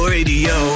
Radio